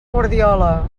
guardiola